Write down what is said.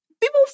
people